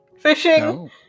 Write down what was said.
Fishing